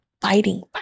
fighting